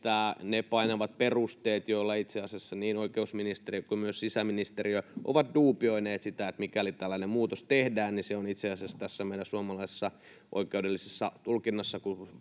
myös ne painavat perusteet, joilla itse asiassa niin oikeusministeriö kuin myös sisäministeriö ovat duubioineet sitä, että mikäli tällainen muutos tehdään, niin se itse asiassa tässä meillä suomalaisessa oikeudellisessa tulkinnassa,